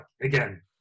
again